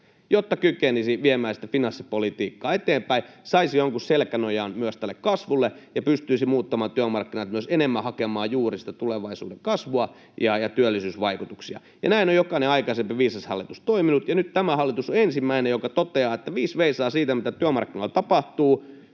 jotta kykenisi viemään sitä finanssipolitiikkaa eteenpäin, saisi jonkun selkänojan myös tälle kasvulle ja pystyisi muuttamaan työmarkkinat myös enemmän hakemaan juuri sitä tulevaisuuden kasvua ja työllisyysvaikutuksia. Näin on jokainen aikaisempi viisas hallitus toiminut, ja nyt tämä hallitus on ensimmäinen, joka viis veisaa siitä, mitä työmarkkinoilla tapahtuu,